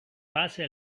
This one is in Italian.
base